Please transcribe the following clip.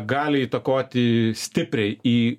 gali įtakoti stipriai į